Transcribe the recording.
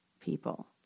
people